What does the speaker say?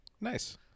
Nice